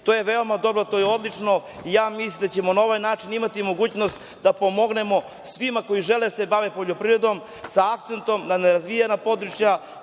je veoma dobro i to je odlično i mislim da ćemo na ovaj način imati mogućnost da pomognemo svima koji žele da se bave poljoprivrednom sa akcentom na nerazvijena područja